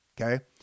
okay